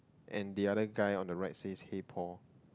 and the other guy on the right says hey Paul